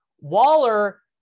Waller